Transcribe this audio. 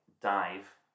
dive